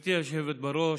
גברתי היושבת בראש,